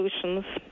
solutions